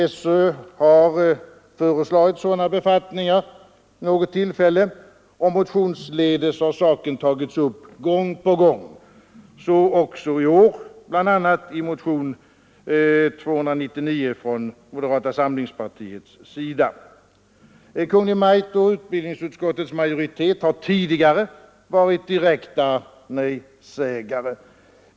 SÖ har vid något tillfälle föreslagit sådana befattningar, och även motionsledes har saken tagits upp gång på gång, så också i år, bl.a. i motionen 299 från moderata samlingspartiet. Kungl. Maj:t och utbildningsutskottets majoritet har tidigare varit direkta nejsägare.